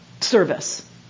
service